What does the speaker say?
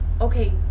Okay